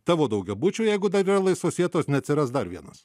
tavo daugiabučio jeigu dar yra laisvos vietos neatsiras dar vienas